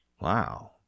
Wow